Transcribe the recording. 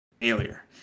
failure